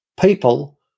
people